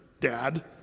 dad